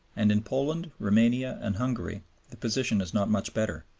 and in poland, roumania, and hungary the position is not much better.